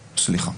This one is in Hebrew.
סליחה.